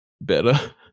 better